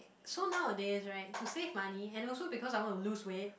so nowadays right to save money and also because I want to lose weight